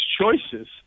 choices